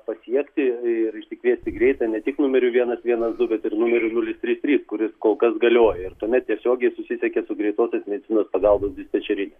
pasiekti ir išsikvieti greitąją ne tik numeriu vienas vienas du bet ir numeriu nulis trys trys kuris kol kas galioja ir tuomet tiesiogiai susisiekiat su greitosios medicinos pagalbos dispečerine